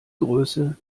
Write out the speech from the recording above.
größe